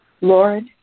Lord